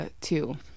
Two